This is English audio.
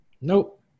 Nope